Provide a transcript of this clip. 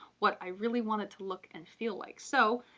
what i really want it to look and feel like. so,